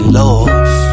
love